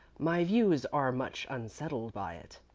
my views are much unsettled by it.